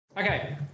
Okay